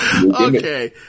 Okay